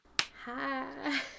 Hi